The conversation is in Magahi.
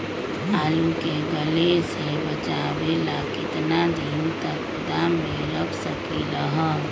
आलू के गले से बचाबे ला कितना दिन तक गोदाम में रख सकली ह?